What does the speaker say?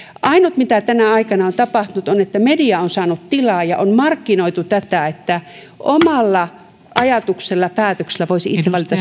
ainut mitä tänä aikana on tapahtunut on että media on saanut tilaa ja on markkinoitu tätä että omalla ajatuksella päätöksellä voisi itse valita